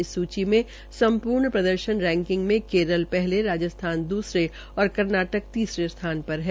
इस सूची मे संपूर्ण प्रदर्शन रैकिंग में केरल पहले राजस्थान दूसरे और कर्नाटक तीसरे स्थान है